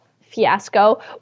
fiasco